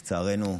לצערנו,